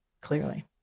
Clearly